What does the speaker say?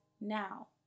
now